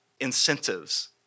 incentives